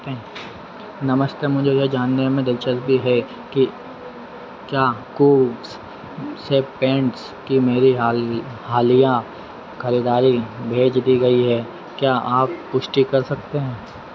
नमस्ते मुझे यह जानने में दिलचस्पी है कि क्या कूव्स से पैंट्स की मेरी हाल हालिया खरीदारी भेज दी गई है क्या आप पुष्टि कर सकते हैं